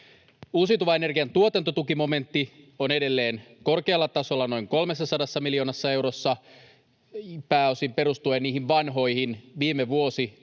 Uusiutuvan energian tuotantotukimomentti on edelleen korkealla tasolla, noin 300 miljoonassa eurossa, pääosin perustuen niihin vanhoihin, viime